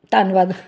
ਧੰਨਵਾਦ